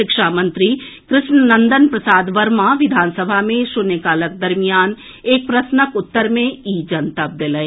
शिक्षा मंत्री कृष्णनंदन प्रसाद वर्मा विधानसभा मे शून्य कालक दरमियान एक प्रश्नक उत्तर मे ई जनतब देलनि